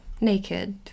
Naked